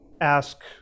ask